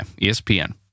ESPN